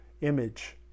image